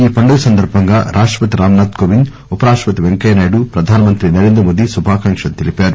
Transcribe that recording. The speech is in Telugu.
ఈ పండుగ సందర్బంగా రాష్టపతి రామ్ నాథ్ కోవింద్ ఉపరాష్టపతి పెంకయ్యనాయుడు ప్రధానమంత్రి నరేంద్రమోదీ శుభాకాంక్షలు తెలిపారు